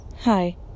Hi